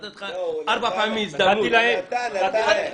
תודה רבה